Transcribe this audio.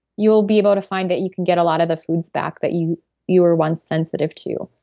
you'll be able to find that you can get a lot of the foods back that you you were once sensitive to.